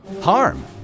Harm